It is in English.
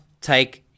take